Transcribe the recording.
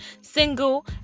single